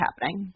happening